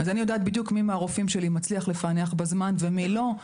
אז אני יודעת בדיוק מי מהרופאים שלי מצליח לפענח בזמן ומי לא.